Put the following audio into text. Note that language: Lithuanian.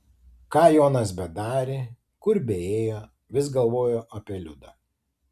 ką jonas bedarė kur beėjo vis galvojo apie liudą